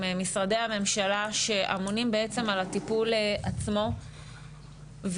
משרד ממשרדי הממשלה שאמונים בעצם על הטיפול עצמו ו"קל